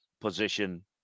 position